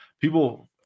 people